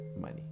money